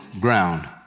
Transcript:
ground